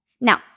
Now